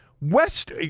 West